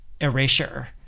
erasure